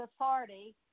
authority